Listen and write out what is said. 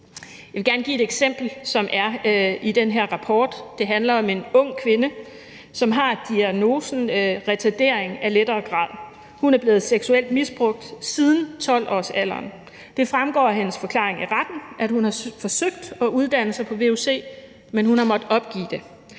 Jeg vil gerne give et eksempel, som er i den her rapport. Det handler om en ung kvinde, som har diagnosen retardering af lettere grad. Hun er blevet seksuelt misbrugt siden 12-årsalderen. Det fremgår af hendes forklaring i retten, at hun har forsøgt at uddanne sig på vuc, men at hun har måttet opgive det.